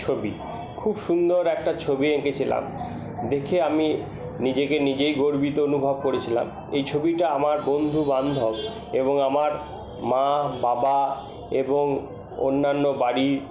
ছবি খুব সুন্দর একটা ছবি এঁকেছিলাম দেখে আমি নিজেকে নিজেই গর্বিত অনুভব করেছিলাম এই ছবিটা আমার বন্ধু বান্ধব এবং আমার মা বাবা এবং অন্যান্য বাড়ির